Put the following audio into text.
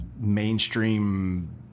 mainstream